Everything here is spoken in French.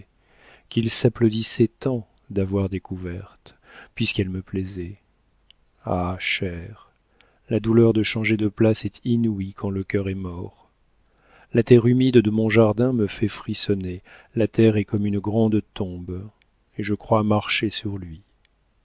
qu'il s'applaudissait tant d'avoir découverte puisqu'elle me plaisait ah chère la douleur de changer de place est inouïe quand le cœur est mort la terre humide de mon jardin me fait frissonner la terre est comme une grande tombe et je crois marcher sur lui